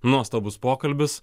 nuostabus pokalbis